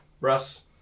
Russ